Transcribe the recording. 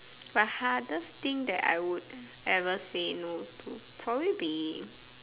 my hardest thing that I would ever say no to probably be